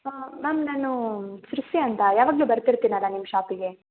ma'am ನಾನು ಅಂತ ಯಾವಾಗಲೂ ಬರ್ತಿರ್ತೀನಲ್ಲ ನಿಮ್ಮ ಶಾಪಿಗೆ